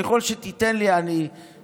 ככל שתיתן לי אני אגיע,